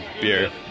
beer